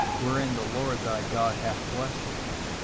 wherein the lord thy god hath blessed thee.